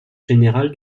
général